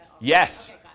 Yes